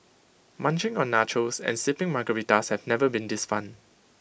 munching on nachos and sipping Margaritas have never been this fun